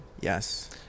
yes